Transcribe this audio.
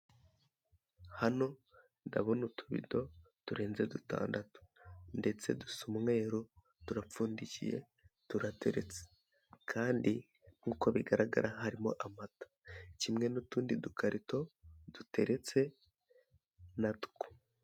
Hano ndabona utubido turenze dutandatu ndetse dusa umweru turapfundikiye turateretse kandi nk'uko bigaragara harimo amata kimwe n'utundi dukarito duteretse natwo.